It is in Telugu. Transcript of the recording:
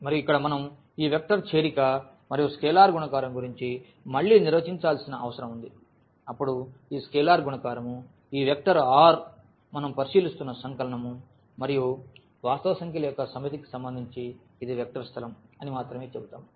మరియు ఇక్కడ మనం ఈ వెక్టర్ చేరిక మరియు స్కేలార్ గుణకారం గురించి మళ్ళీ నిర్వచించాల్సిన అవసరం ఉంది అప్పుడు ఈ స్కేలార్ గుణకారం ఈ వెక్టర్ R మనం పరిశీలిస్తున్న సంకలనం మరియు వాస్తవ సంఖ్యల యొక్క సమితికి సంబంధించి ఇది వెక్టర్ స్థలం అని మాత్రమే చెబుతాము